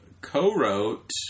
co-wrote